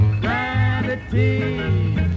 Gravity